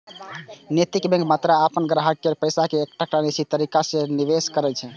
नैतिक बैंक मात्र अपन ग्राहक केर पैसा कें एकटा निश्चित तरीका सं निवेश करै छै